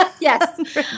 Yes